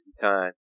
time